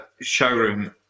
showroom